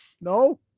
No